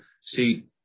See